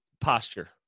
posture